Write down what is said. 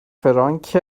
فرانک